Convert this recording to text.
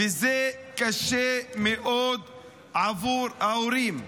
וזה קשה מאוד עבור ההורים.